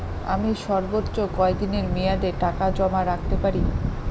আমি সর্বোচ্চ কতদিনের মেয়াদে টাকা জমা রাখতে পারি?